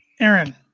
Aaron